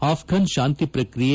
ಆಪ್ಪನ್ ಶಾಂತಿ ಪ್ರಕ್ರಿಯೆ